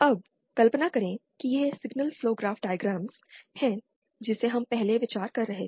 अब कल्पना करें कि यह सिग्नल फ्लो ग्राफ डायग्राम है जिसे हम पहले विचार कर रहे थे